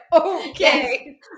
okay